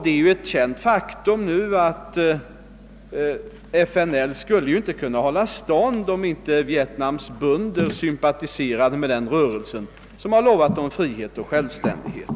Det är nu ett känt faktum att FNL inte skulle kunna hålla stånd, om inte Vietnams bönder sympatiserade med denna rörelse, som lovat dem frihet och självständighet.